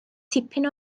tipyn